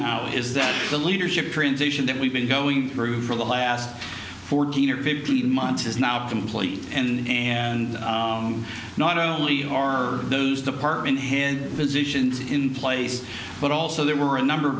now is that the leadership transition that we've been going through for the last fourteen or fifteen months is now complete and and not only are those department head positions in place but also there were a number of